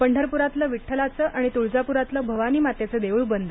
पंढरपुरातलं विड्ठलाचं आणि तुळजापुरातलं भवानी मातेचं देऊळ बंद